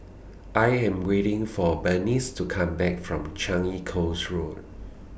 I Am waiting For Bernice to Come Back from Changi Coast Road